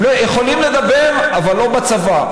הם יכולים לדבר, אבל לא בצבא.